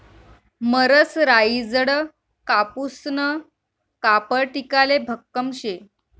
मरसराईजडं कापूसनं कापड टिकाले भक्कम शे